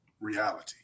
reality